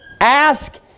ask